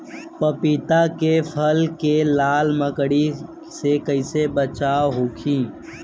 पपीता के फल के लाल मकड़ी से कइसे बचाव होखि?